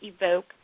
evoke